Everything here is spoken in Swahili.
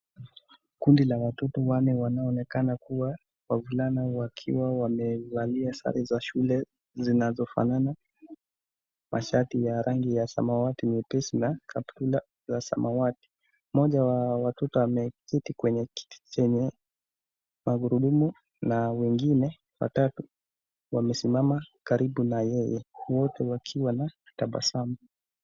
Kundi la watoto wanne wanaoonekana kuwa wavulana wakiwa wamevalia sare za shule zinazofanana mashati ya rangi samawati mwepesi na kaptura la samawati ,moja wa watoto ameketi kwenye kiti chenye magurudmu na wengine watatu wamesimama karibu na yeye wote wakiwa na tabasamu.